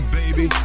baby